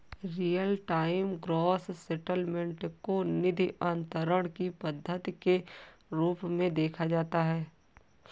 real time gross settlement को निधि अंतरण की पद्धति के रूप में देखा जाता है